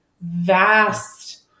vast